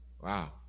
wow